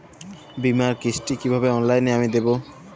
বীমার কিস্তি কিভাবে অনলাইনে আমি দেবো?